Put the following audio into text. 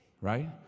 Right